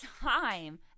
time